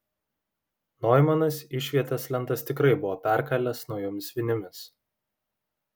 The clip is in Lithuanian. noimanas išvietės lentas tikrai buvo perkalęs naujomis vinimis